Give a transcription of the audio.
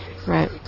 Right